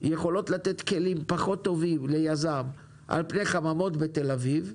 יכולות לתת כלים פחות טובים ליזם על פני חממות בתל אביב,